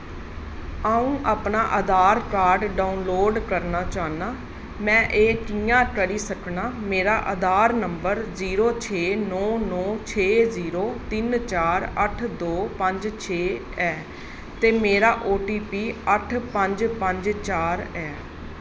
आऊं अपना Aadhaar card download करना चाह्न्नां मैं एह् कि'यां करी सकनां मेरा आधार नंबर जीरो छे नौ नौ छे जीरो तिन चार अट्ठ दो पंज छे ऐ ते मेरा ओ टी पी अट्ठ पंज पंज चार ऐ